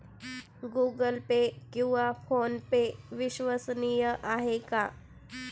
Google Pay किंवा PhonePe विश्वसनीय आहेत का?